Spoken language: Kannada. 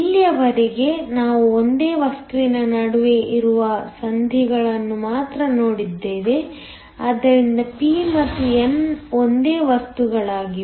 ಇಲ್ಲಿಯವರೆಗೆ ನಾವು ಒಂದೇ ವಸ್ತುವಿನ ನಡುವೆ ಇರುವ ಸಂಧಿಗಳನ್ನು ಮಾತ್ರ ನೋಡಿದ್ದೇವೆ ಆದ್ದರಿಂದ p ಮತ್ತು n ಒಂದೇ ವಸ್ತುಗಳಾಗಿವೆ